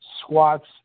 squats